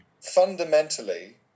fundamentally